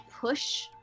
push